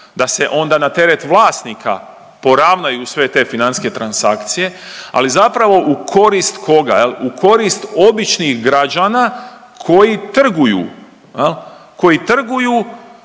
da se onda na teret vlasnika poravnaju sve te financijske transakcije, ali zapravo u korist koga jel, u korist običnih građana koji trguju jel, koji trguju